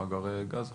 למאגרי גז אחרים.